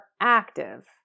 active